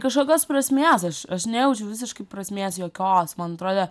kažkokios prasmės aš aš nejaučiau visiškai prasmės jokios man atrodė